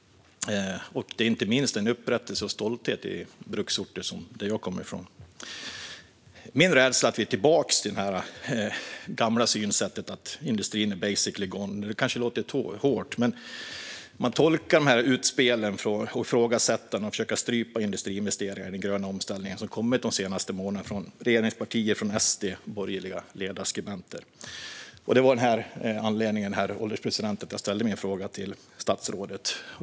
Detta utgör en upprättelse och väcker en stolthet inte minst i bruksorter som den jag kommer från. Min rädsla är att vi är tillbaka i det gamla synsättet att industrin är basically gone. Det kanske låter hårt, men så kan man tolka de ifrågasättanden och utspel om att försöka strypa industriinvesteringar i den gröna omställningen som har kommit de senaste månaderna från regeringspartier, SD och borgerliga ledarskribenter. Detta var, herr ålderspresident, anledningen till att jag ställde min fråga till statsrådet.